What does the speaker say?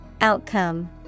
Outcome